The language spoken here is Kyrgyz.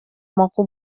макул